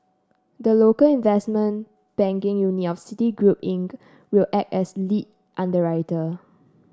the local investment banking unit of Citigroup Inc will act as lead underwriter